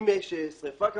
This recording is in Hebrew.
אם יש שריפה,